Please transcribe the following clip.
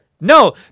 No